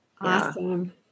Awesome